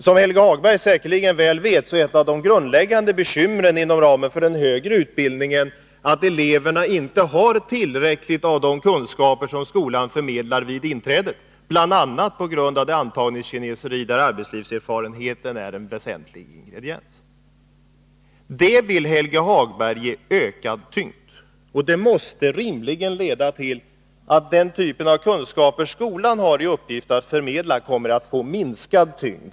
Som Helge Hagberg säkerligen väl vet är ett av de grundläggande bekymren inom ramen för den högre utbildningen att eleverna inte har tillräckligt av de kunskaper som skolan förmedlar vid inträdet, bl.a. på grund av det antagningskineseri där arbetslivserfarenheten är en väsentlig ingrediens. Det vill Helge Hagberg ge ökad tyngd, och det måste rimligen leda till att den typen av kunskaper skolan har i uppgift att förmedla kommer att få minskad tyngd.